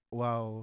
wow